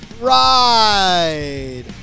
ride